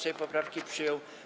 Sejm poprawki przyjął.